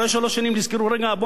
אחרי שלוש שנים נזכרו: רגע,